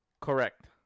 Correct